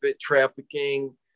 trafficking